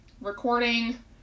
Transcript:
recording